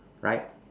right